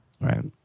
Right